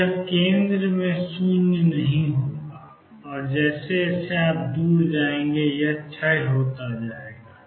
तो यह केंद्र में शून्य नहीं होगा और जैसे जैसे आप दूर जाएंगे क्षय होगा